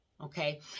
Okay